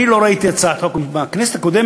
אני לא ראיתי הצעת חוק, בכנסת הקודמת